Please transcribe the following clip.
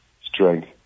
strength